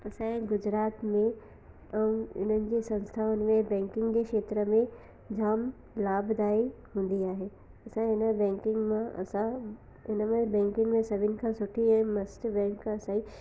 असांजे गुजरात में इन्हनि जे संस्थाउनि में बैंकिनि जे खेत्रनि में जाम लाभ दाई हूंदी आहे असां इन बैंकिनि मां असां इन में बैंकिनि में सभिनि खां सुठी ऐं मस्तु बैंक आहे असां ई